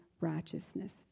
righteousness